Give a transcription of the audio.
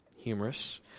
humorous